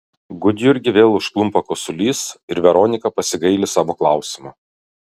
gudjurgį vėl užklumpa kosulys ir veronika pasigaili savo klausimo